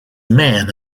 man